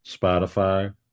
Spotify